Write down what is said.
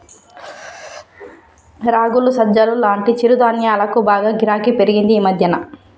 రాగులు, సజ్జలు లాంటి చిరుధాన్యాలకు బాగా గిరాకీ పెరిగింది ఈ మధ్యన